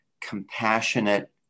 compassionate